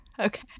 Okay